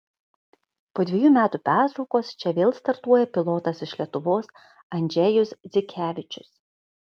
po dvejų metų pertraukos čia vėl startuoja pilotas iš lietuvos andžejus dzikevičius